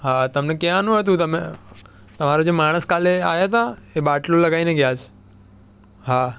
હા તમને કેવાનું હતું તમે તમારા જે માણસ કાલે આવ્યા હતા એ બાટલો લગાવીને ગયા છે હા